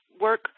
work